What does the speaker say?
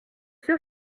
sûr